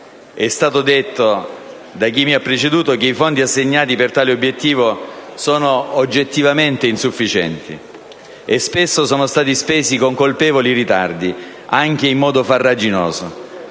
È stato detto da chi mi ha preceduto che i fondi assegnati per tale obiettivo sono oggettivamente insufficienti e spesso sono stati spesi con colpevoli ritardi, anche in modo farraginoso.